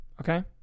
Okay